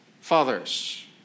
Fathers